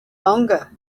longer